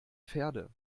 pferde